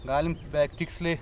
galim beveik tiksliai